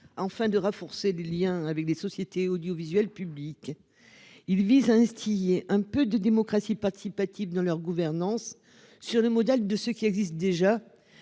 enfin de renforcer les Liens avec des sociétés audiovisuelles publiques. Il vise à instiller un peu de démocratie participative dans leur gouvernance sur le modèle de ce qui existe déjà.